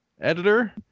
editor